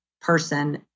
person